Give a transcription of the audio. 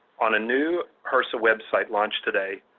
on a new hrsa website launched today,